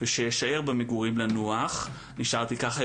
והוא צריך להטריד את כולנו.